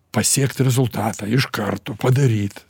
pasiekt rezultatą iš karto padaryt